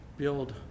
build